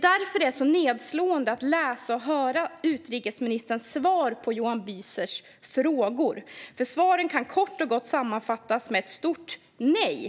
Därför är det nedslående att läsa och höra utrikesministerns svar på Johan Büsers frågor. Svaren kan kort och gott sammanfattas med ett stort nej.